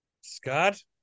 Scott